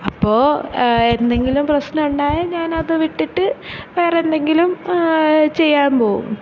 അപ്പോൾ എന്തെങ്കിലും പ്രശ്നം ഉണ്ടായാൽ ഞാനത് വിട്ടിട്ട് വേറെ എന്തെങ്കിലും ചെയ്യാൻ പോവും